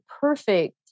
perfect